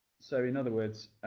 so in other words,